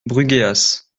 brugheas